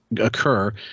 occur